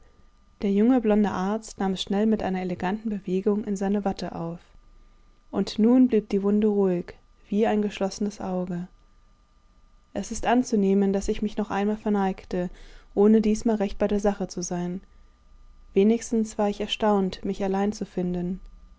der junge blonde arzt nahm es schnell mit einer eleganten bewegung in seine watte auf und nun blieb die wunde ruhig wie ein geschlossenes auge es ist anzunehmen daß ich mich noch einmal verneigte ohne diesmal recht bei der sache zu sein wenigstens war ich erstaunt mich allein zu finden